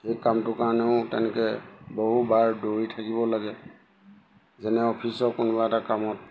সেই কামটোৰ কাৰণেও তেনেকৈ বহু বাৰ দৌৰি থাকিব লাগে যেনে অফিচৰ কোনোবা এটা কামত